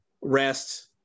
rest